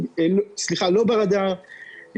ברדאר,